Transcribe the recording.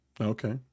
Okay